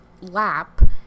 lap